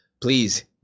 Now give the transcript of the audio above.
please